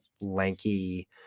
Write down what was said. lanky